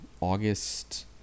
August